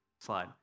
slide